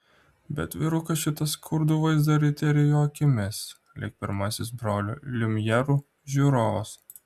bet vyrukas šitą skurdų vaizdą ryte rijo akimis lyg pirmasis brolių liumjerų žiūrovas